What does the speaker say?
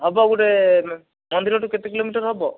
ହେବ ଗୋଟେ ମନ୍ଦିରଠୁ କେତେ କିଲୋମିଟର୍ ହେବ